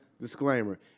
disclaimer